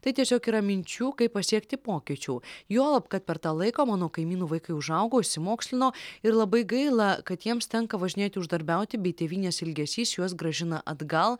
tai tiesiog yra minčių kaip pasiekti pokyčių juolab kad per tą laiką mano kaimynų vaikai užaugo išsimokslino ir labai gaila kad jiems tenka važinėti uždarbiauti bei tėvynės ilgesys juos grąžina atgal